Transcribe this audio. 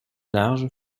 large